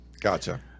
Gotcha